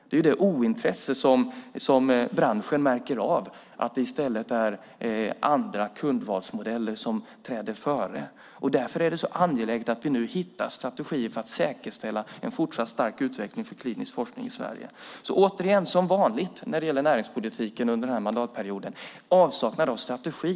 Det är det ointresset som branschen märker av, att det i stället är andra kundvalsmodeller som träder före. Därför är det så angeläget att vi nu hittar strategier för att säkerställa en fortsatt stark utveckling för klinisk forskning i Sverige. Återigen och som vanligt när det gäller näringspolitiken under den här mandatperioden handlar det om en avsaknad av strategi.